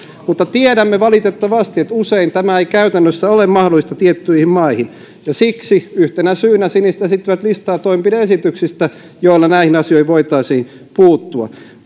mutta tiedämme valitettavasti että usein tämä ei käytännössä ole mahdollista tiettyihin maihin siksi yhtenä syynä siniset esittävät listaa toimenpide esityksistä joilla näihin asioihin voitaisiin puuttua